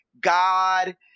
God